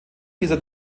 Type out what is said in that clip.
dieser